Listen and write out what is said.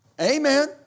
Amen